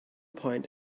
point